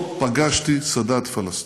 עוד לא פגשתי סאדאת פלסטיני,